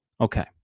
Okay